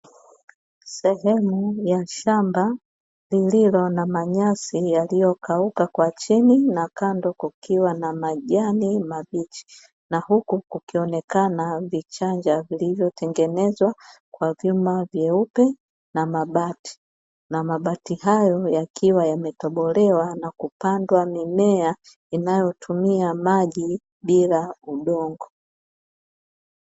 Sehemu ya shamba lililo na manyasi yaliyokauka kwa chini na kando kukiwa pana majani mabichi, na huku kukionekana vijanja vilivyotengenezwa kwa vyuma vyeupe na mabati. mabati hayo yakiwa yametobolewa na kupandwa mimea inayotumia maji bila udongo.